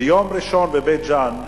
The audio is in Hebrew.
ביום ראשון בבית-ג'ן,